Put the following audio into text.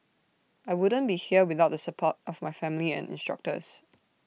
I wouldn't be here without the support of my family and instructors